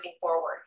forward